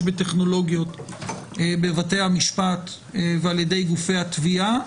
בטכנולוגיות בבתי המשפט ועל ידי גופי התביעה,